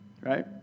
right